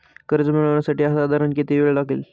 कर्ज मिळविण्यासाठी साधारण किती वेळ लागेल?